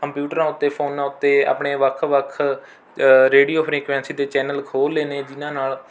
ਕੰਪਿਊਟਰਾਂ ਉੱਤੇ ਫੋਨਾਂ ਉੱਤੇ ਆਪਣੇ ਵੱਖ ਵੱਖ ਰੇਡੀਓ ਫ੍ਰੀਕੂਐਂਸੀ ਦੇ ਚੈਨਲ ਖੋਲ਼੍ਹ ਲਏ ਨੇ ਜਿਨ੍ਹਾਂ ਨਾਲ